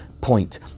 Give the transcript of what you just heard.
point